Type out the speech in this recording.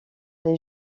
les